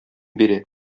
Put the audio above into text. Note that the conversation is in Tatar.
бирә